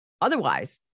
Otherwise